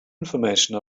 information